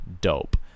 dope